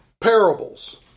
parables